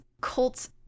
cult